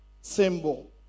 symbol